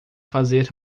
fazer